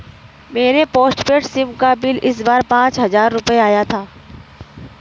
मेरे postpaid sim का bill इस बार पाँच हजार रुपए आया था